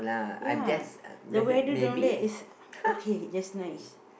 ya the weather down there is okay just nice